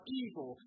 evil